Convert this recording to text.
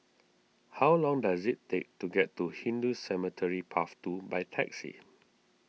how long does it take to get to Hindu Cemetery Path two by taxi